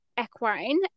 equine